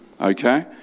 Okay